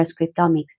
transcriptomics